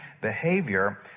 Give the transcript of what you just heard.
behavior